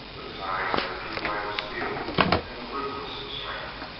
but his eyes had the true light of steel and a ruthless strength.